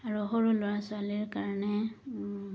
আৰু সৰু ল'ৰা ছোৱালীৰ কাৰণে